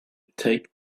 take